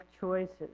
choices